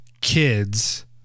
kids